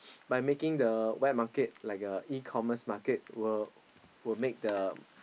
by making the wet market like a E-commerce market will will make the